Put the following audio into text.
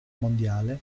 mondiale